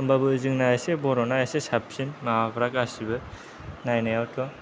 होम्बाबो जोंना इसे बर'ना इसे साबसिन माबाफोरा गासैबो नायनायावथ'